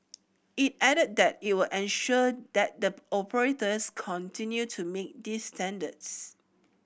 it added that it will ensure that the operators continue to meet these standards